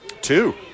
Two